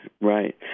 Right